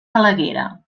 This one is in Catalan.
falaguera